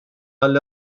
għall